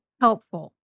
helpful